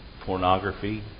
pornography